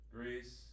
Greece